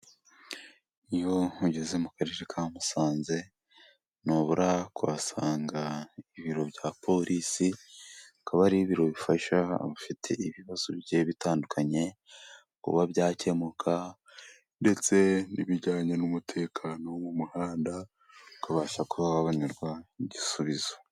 Iyo ugeze mu karere ka Musanze， ntubura kuhasanga ibiro bya porisi，akaba ari ibiro bifasha abafite ibibazo bigiye bitandukanye， kuba byakemuka ndetse n'ibijyanye n'umutekano wo mu muhanda， ukabasha kuba wabonerwa igisubizo.